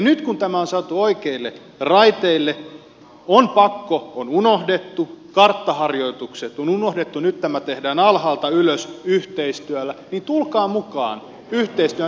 nyt kun tämä on saatu oikeille raiteille pakko on unohdettu karttaharjoitukset on unohdettu tämä tehdään alhaalta ylös yhteistyöllä niin tulkaa mukaan yhteistyöhön